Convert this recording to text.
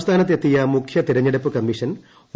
സംസ്ഥാനത്ത് എത്തിയ മുഖ്യ തെരഞ്ഞെടുപ്പ് കമ്മീഷൻ ഒ